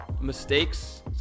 Mistakes